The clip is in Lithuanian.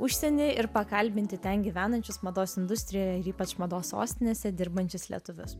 užsienį ir pakalbinti ten gyvenančius mados industrijoje ypač mados sostinėse dirbančius lietuvius